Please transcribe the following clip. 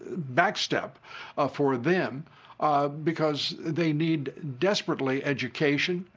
back step for them because they need desperately education.